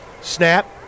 Snap